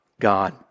God